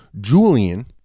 Julian